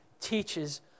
teaches